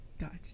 gotcha